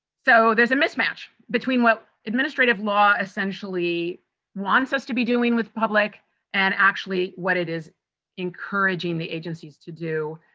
so there's a mismatch between what administrative law essentially wants us to be doing with public and actually what it is encouraging the agencies to do.